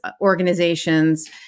organizations